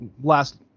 last